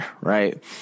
right